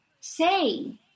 say